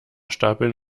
stapeln